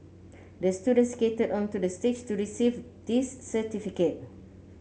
the student skated onto the stage to receive this certificate